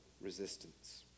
resistance